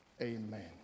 Amen